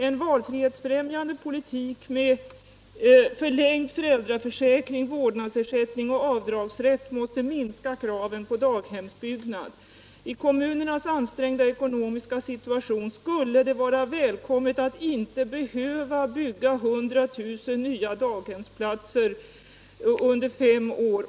En valfrihetsfrämjande politik med förlängd föräldraförsäkring, vårdnadsersättning och avdragsrätt måste minska kraven på daghemsutbyggnad. I kommunernas ansträngda ekonomiska situation skulle det vara välkommet att inte behöva bygga 100 000 nya daghemsplatser under fem år.